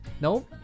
Nope